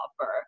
offer